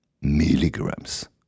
milligrams